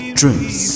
dreams